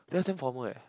that's damn formal eh